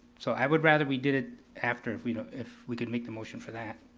so i would rather we did after, if we if we could make the motion for that.